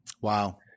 Wow